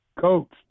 coached